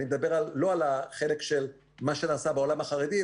אני מדבר לא על החלק של מה שנעשה בעולם החרדי,